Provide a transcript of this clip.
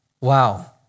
Wow